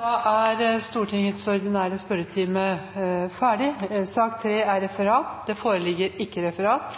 Da er Stortingets ordinære spørretime ferdig. Det foreligger ikke noe referat.